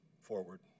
forward